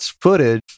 footage